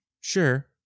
Sure